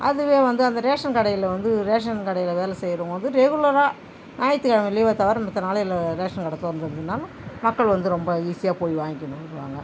அதுவே வந்து அந்த ரேஷன் கடையில் வந்து ரேஷன் கடையில் வேலை செய்கிறவங்க வந்து ரெகுலராக ஞாயிற்று கிழம லீவை தவிர மத்த நாளையில் ரேஷன் கடை திறந்துருந்துதுனாலும் மக்கள் வந்து ரொம்ப ஈஸியாக போய் வாங்கினு வருவாங்க